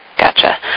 Gotcha